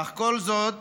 אך כל זאת,